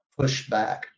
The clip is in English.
pushback